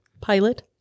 pilot